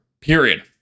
period